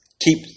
keep